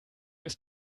ist